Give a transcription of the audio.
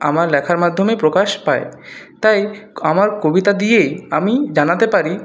আমার লেখার মাধ্যমে প্রকাশ পায় তাই আমার কবিতা দিয়েই আমি জানাতে পারি